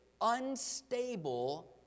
unstable